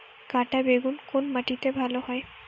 কাঁটা বেগুন কোন মাটিতে ভালো হয়?